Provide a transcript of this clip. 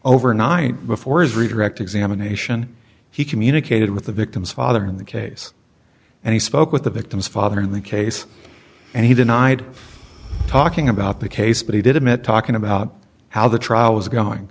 overnight before his redirect examination he communicated with the victim's father in the case and he spoke with the victim's father in the case and he denied talking about the case but he did admit talking about how the trial was going